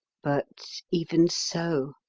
but even so.